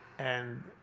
and